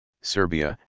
Serbia